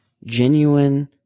Genuine